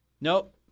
Nope